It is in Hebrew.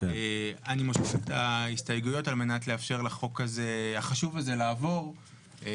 אני מושך את ההסתייגויות על מנת לאפשר לחוק החשוב הזה לעבור כי